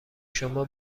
شما